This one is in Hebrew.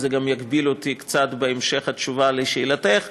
וזה גם יגביל אותי קצת בהמשך התשובה על שאלתך,